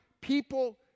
People